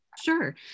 Sure